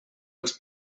els